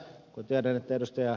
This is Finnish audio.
hoskonen ja ed